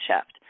shift